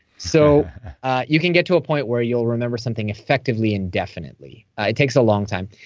so you can get to a point where you'll remember something effectively indefinitely. ah it takes a long time.